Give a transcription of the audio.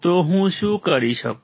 તો હું શું કરી શકું